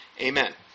Amen